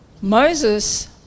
Moses